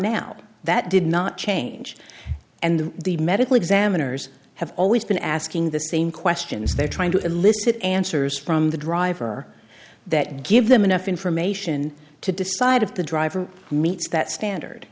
now that did not change and the medical examiners have always been asking the same questions they're trying to elicit answers from the driver that give them enough information to decide if the driver meets that standard